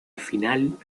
final